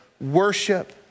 worship